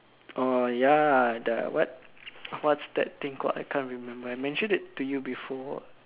orh ya the what what's that thing called I can't remember mentioned it to you before